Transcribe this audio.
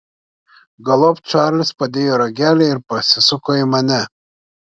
galop čarlis padėjo ragelį ir pasisuko į mane